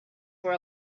for